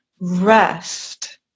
rest